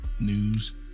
news